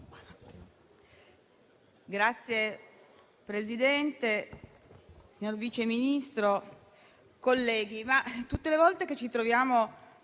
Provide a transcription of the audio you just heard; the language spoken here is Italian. Signor Presidente, signor Vice Ministro, colleghi, tutte le volte che ci troviamo